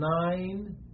nine